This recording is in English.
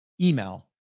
email